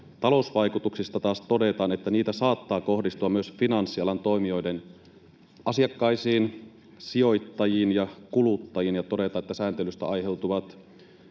Talousvaikutuksista taas todetaan, että niitä saattaa kohdistua myös finanssialan toimijoiden asiakkaisiin, sijoittajiin ja kuluttajiin, ja todetaan, että sääntelystä aiheutuvat